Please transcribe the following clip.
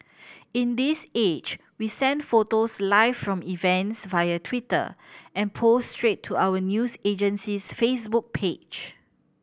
in this age we send photos live from events via Twitter and post straight to our news agency's Facebook page